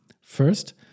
First